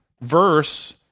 verse